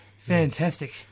Fantastic